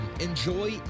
Enjoy